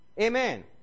Amen